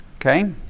Okay